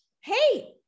hey